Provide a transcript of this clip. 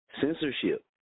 Censorship